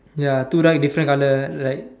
ya two duck different colour like